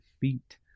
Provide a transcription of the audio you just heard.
feet